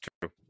true